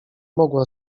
mogła